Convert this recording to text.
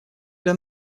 для